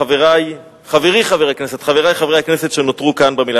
חברי חברי הכנסת שנותרו במליאה,